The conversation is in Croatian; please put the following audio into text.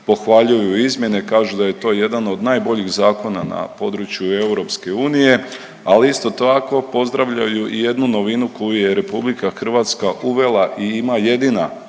pohvaljuju izmjene, kažu da je to jedan od najboljih zakona na području EU, ali isto tako pozdravljaju i jednu novinu koju je RH uvela i ima jedina